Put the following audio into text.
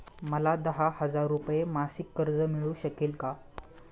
मला दहा हजार रुपये मासिक कर्ज मिळू शकेल का?